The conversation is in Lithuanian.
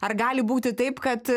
ar gali būti taip kad